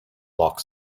block